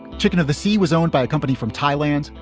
chicken of the sea was owned by a company from thailand,